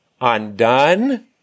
undone